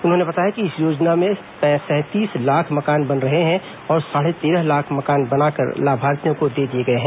उन्होंने बताया कि इस योजना में सैंतीस लाख मकान बन रहे हैं और साढ़े तेरह लाख मकान बनाकर लाभार्थियों को दे दिए गए हैं